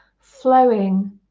flowing